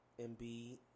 Embiid